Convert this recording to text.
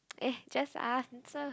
uh just answer